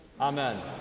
amen